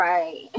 Right